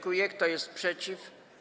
Kto jest przeciw?